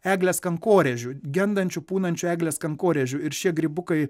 eglės kankorėžių gendančių pūnančių eglės kankorėžių ir šie grybukai